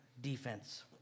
defense